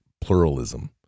pluralism